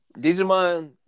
Digimon